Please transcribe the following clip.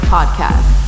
Podcast